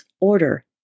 order